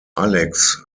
alex